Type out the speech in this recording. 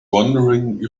wondering